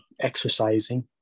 exercising